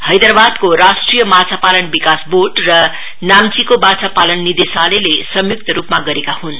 हैदराबाद राष्ट्रिय माछापालन विकास बोर्ड र नाम्चीको माछापालन निर्दैशालयले संयुक्त रुपमा गरेको हुन्